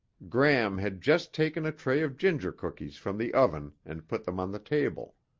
gram had just taken a tray of ginger cookies from the oven and put them on the table.